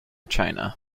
china